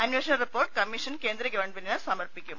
അന്വേഷണ report commission കേന്ദ്രഗവൺമെന്റിന് സമർപ്പിക്കും